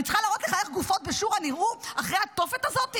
אני צריכה להראות לך איך גופות בשורא נראו אחרי התופת הזאת?